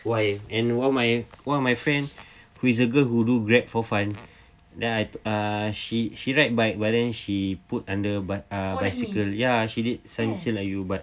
why and while my one of my friend who is a good girl who do grab for fun then I uh she she ride but she put under but err bicycle ya she did same like you but